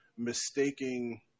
mistaking